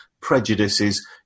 prejudices